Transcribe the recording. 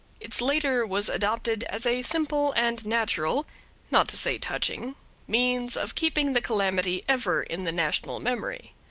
its later was adopted as a simple and natural not to say touching means of keeping the calamity ever in the national memory.